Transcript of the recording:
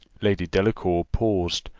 lady delacour paused,